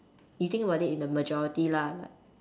you think about it in the majority lah like